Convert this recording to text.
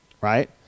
right